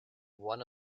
one